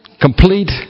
complete